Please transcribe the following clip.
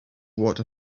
what